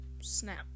snap